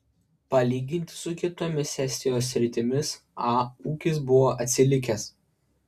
palyginti su kitomis estijos sritimis a ūkis buvo atsilikęs